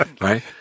right